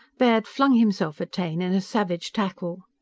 baird flung himself at taine in a savage tackle.